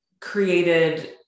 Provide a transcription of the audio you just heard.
created